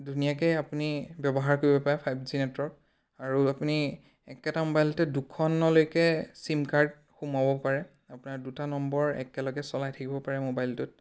ধুনীয়াকৈ আপুনি ব্যৱহাৰ কৰিব পাৰে ফাইভ জি নেটৱৰ্ক আৰু আপুনি একেটা মোবাইলতে দুখনলৈকে চিম কাৰ্ড সোমোৱাব পাৰে আপোনাৰ দুটা নম্বৰ একেলগে চলাই থাকিব পাৰে মোবাইলটোত